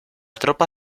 tropa